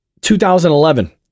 2011